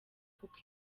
kuko